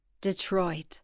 Detroit